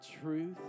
truth